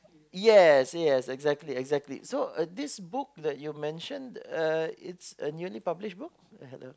yes yes exactly exactly so this book that you've mentioned uh it's a newly published book